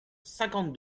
cinquante